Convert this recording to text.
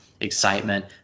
excitement